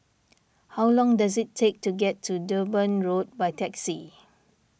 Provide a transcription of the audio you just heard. how long does it take to get to Durban Road by taxi